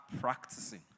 practicing